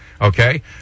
Okay